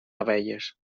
abelles